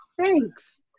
thanks